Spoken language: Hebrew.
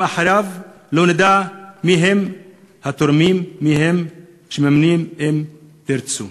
גם אחריו לא נדע מי הם התורמים שמממנים את "אם תרצו".